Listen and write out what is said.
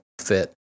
fit